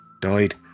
died